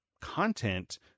content